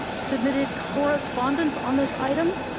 submitted correspondence on this item,